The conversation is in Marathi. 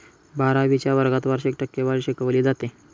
बारावीच्या वर्गात वार्षिक टक्केवारी शिकवली जाते